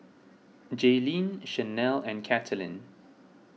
Jayleen Chanelle and Katelynn